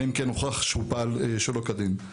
אלא אם כן הוכח שהוא פעל שלא כדין.